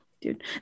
Dude